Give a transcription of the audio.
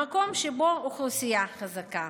המקום שבו האוכלוסייה חזקה.